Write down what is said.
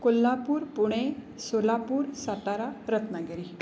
Kolhapur Pune Solapur Satara Ratnagiri